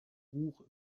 buch